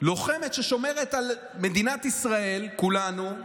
לוחמת ששומרת על מדינת ישראל, על כולנו,